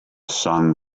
sun